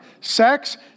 Sex